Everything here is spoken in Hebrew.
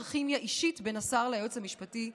כימיה אישית בין השר ליועץ המשפטי במשרדו".